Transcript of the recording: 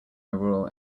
rural